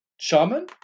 Shaman